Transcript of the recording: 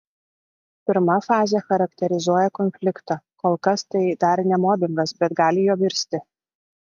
pirma fazė charakterizuoja konfliktą kol kas tai dar ne mobingas bet gali juo virsti